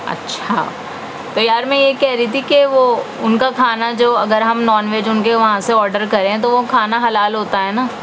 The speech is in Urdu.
اچھا تو یار میں یہ کہہ رہی تھی کہ وہ ان کا کھانا جو اگر ہم نان ویج ان کے یہاں سے آرڈر کریں تو وہ کا کھانا حلال ہوتا ہے نا